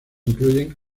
incluyen